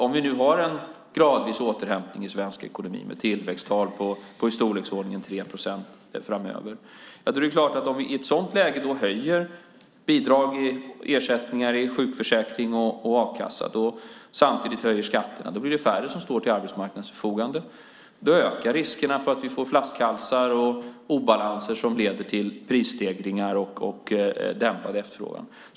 Om vi har en gradvis återhämtning i svensk ekonomi, med tillväxttal på i storleksordningen 3 procent framöver, och vi i ett sådant läge höjer bidrag, ersättningar i sjukförsäkring och a-kassan, och samtidigt höjer skatterna, blir det färre som står till arbetsmarknadens förfogande. Därmed ökar riskerna för att vi får flaskhalsar och obalanser som leder till prisstegringar och dämpad efterfrågan.